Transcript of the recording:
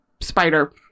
Spider